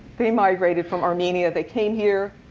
they migrated from armenia. they came here.